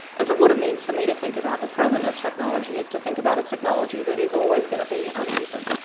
and so what it means for me to think about the present of technology is to think about a technology that is always going to be uneven.